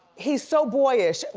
he's so boyish,